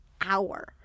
hour